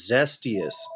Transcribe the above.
Zestius